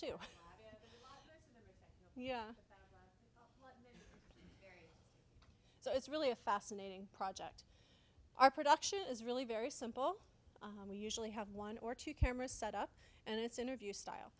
too so it's really a fascinating project our production is really very simple and we usually have one or two cameras set up and it's interview style